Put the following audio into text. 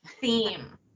theme